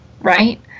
right